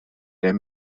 der